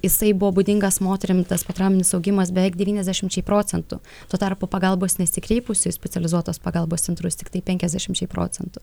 jisai buvo būdingas moterim tas potrauminis augimas beveik devyniasdešimčiai procentų tuo tarpu pagalbos nesikreipusių į specializuotos pagalbos centrus tiktai penkiasdešimčiai procentų